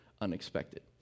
unexpected